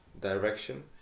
direction